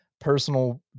personal